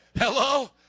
Hello